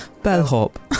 Bellhop